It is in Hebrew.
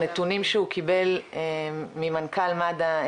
נתונים שהוא קיבל ממנכ"ל מד"א,